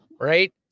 Right